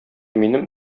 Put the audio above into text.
минем